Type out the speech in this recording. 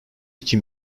iki